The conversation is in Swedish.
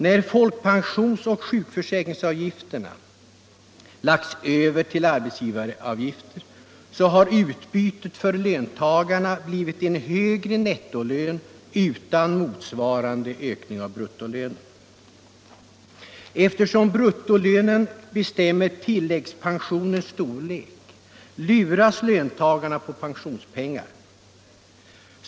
När folkpensionsoch sjukförsäkringsavgifterna har lagts över till arbetsgivaravgifter har utbytet för löntagarna blivit en högre nettolön utan motsvarande ökning av bruttolönen. Eftersom bruttolönen bestämmer tilläggspensionens storlek luras löntagarna på pensionspengar.